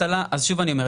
שוב אני אומר,